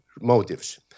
motives